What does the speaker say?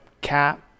cap